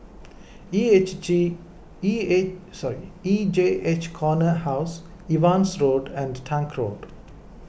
E H J E A sorry E J H Corner House Evans Road and Tank Road